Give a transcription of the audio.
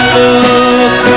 look